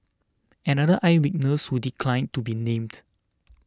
another eye witness who declined to be named